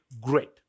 great